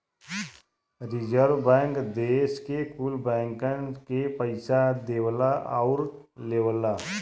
रीजर्वे bank देस के कुल बैंकन के पइसा देवला आउर लेवला